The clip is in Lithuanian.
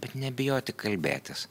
bet nebijoti kalbėtis